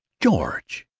george!